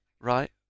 Right